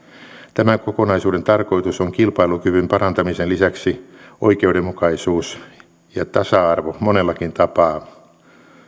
tämän kokonaisuuden tarkoitus on kilpailukyvyn parantamisen lisäksi oikeudenmukaisuus ja tasa arvo monellakin tapaa